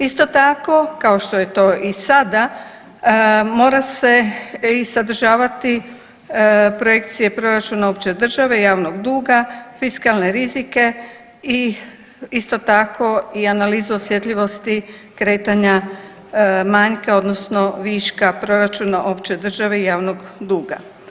Isto tako kao što je to i sada mora se i sadržavati projekcije proračuna opće države i javnog duga, fiskalne rizike i isto tako i analizu osjetljivosti kretanja manjka odnosno viška proračuna opće države i javnog duga.